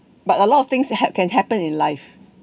but a lot of things hap~ can happen in life